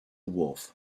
wharf